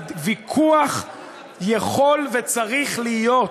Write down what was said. הוויכוח יכול וצריך להיות.